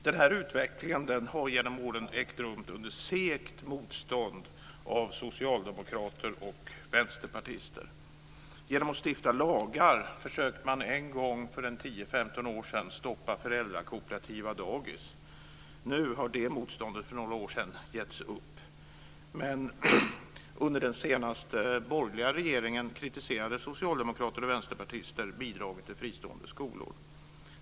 Den här utvecklingen har genom åren ägt rum under segt motstånd från socialdemokrater och vänsterpartister. Genom att stifta lagar försökte man en gång för 10-15 år sedan stoppa föräldrakooperativa dagis. Nu har det motståndet för några år sedan getts upp. Men under den senaste borgerliga regeringen kritiserade socialdemokrater och vänsterpartister bidragen till fristående skolor.